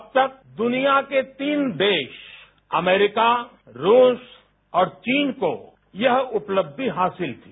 अब तक द्रनिया के तीन देश अमेरिका रूस और चीन को यह उपलब्धि हासिल थी